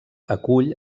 acull